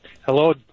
Hello